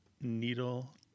needle